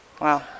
Wow